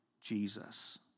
Jesus